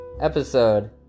episode